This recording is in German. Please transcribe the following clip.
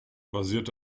basierte